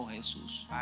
Jesus